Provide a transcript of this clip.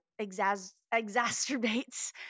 exacerbates